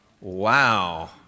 Wow